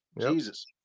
jesus